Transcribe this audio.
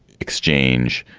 exchange,